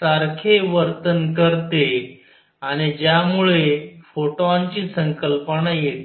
सारखे वर्तन करते आणि ज्यामुळे फोटॉनची संकल्पना येते